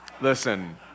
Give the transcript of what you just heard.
Listen